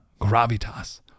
gravitas